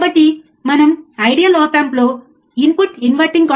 కాబట్టి ఈ ప్రయోగాన్ని చూద్దాం మళ్ళీ ఇక్కడే ఉన్న బ్రెడ్బోర్డుపై చూడవచ్చు